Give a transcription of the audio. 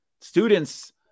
students